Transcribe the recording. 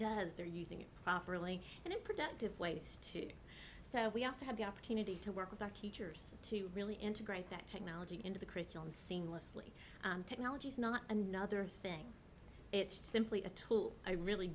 does they're using it properly and in productive ways too so we also have the opportunity to work with our teachers to really integrate that technology into the curriculum seamlessly technologies not another thing it's simply a tool i really